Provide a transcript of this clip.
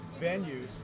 venues